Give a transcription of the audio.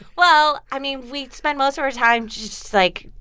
well, i mean, we spend most of our time just, like,